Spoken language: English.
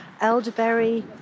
Elderberry